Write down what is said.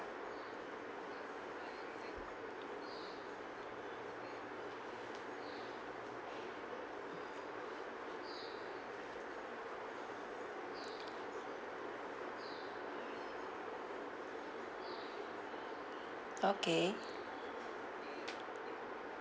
okay